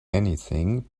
anything